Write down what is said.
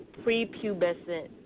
prepubescent